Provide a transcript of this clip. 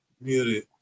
Muted